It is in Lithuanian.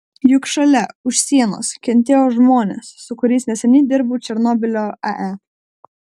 juk šalia už sienos kentėjo žmonės su kuriais neseniai dirbau černobylio ae